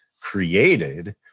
created